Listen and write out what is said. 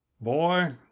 Boy